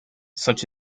such